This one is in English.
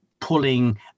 pulling